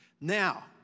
Now